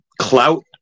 clout